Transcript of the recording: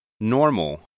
Normal